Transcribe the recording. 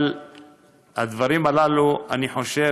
אבל הדברים הללו, אני חושב,